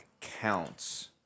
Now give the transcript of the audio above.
counts